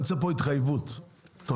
אני רוצה פה התחייבות,